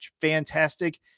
Fantastic